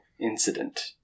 incident